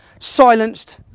Silenced